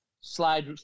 slide